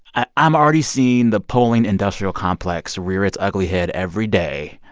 i'm already seeing the polling industrial complex rear its ugly head every day,